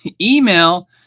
Email